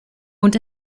und